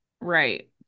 Right